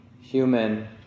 human